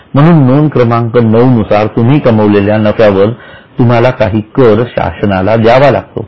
म्हणून नोंद क्रमांक 9 नुसार तुम्ही कमावलेल्या नक्यावर तुम्हाला काही कर शासनाला द्यावा लागतो